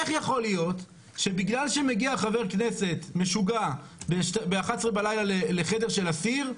איך יכול להיות שבגלל שמגיע חבר כנסת משוגע ב-23:00 בלילה לחדר של אסיר,